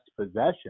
possession